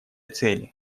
цели